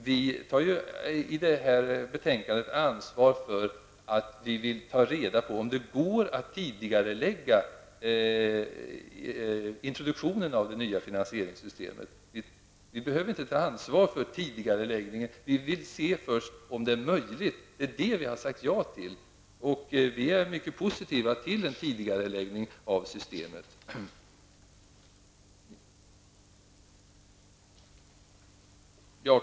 Vi tar i betänkandet ansvar för att vi vill ta reda på om det går att tidigarelägga intproduktionen av det nya finansieringssystemet. Vi behöver inte ta ansvar för tidigareläggningen. Vi vill först se om det är möjligt att genomföra den. Det är det som vi har sagt ja till, och vi är mycket positiva till en tidigareläggning av systemets införande.